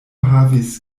havis